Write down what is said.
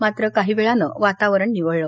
मात्र काही वेळानं वातावरण निवळलं